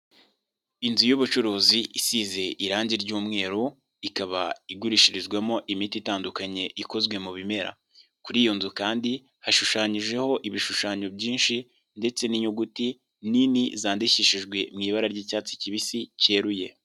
Inzu y'ubucuruzi isize irangi ry'umweru, ikaba igurishirizwamo imiti itandukanye ikozwe mu bimera. Kuri iyo nzu kandi hashushanyijeho ibishushanyo byinshi ndetse n'inyuguti nini zandikishijwe mu ibara ry'icyatsi kibisi cyeruye.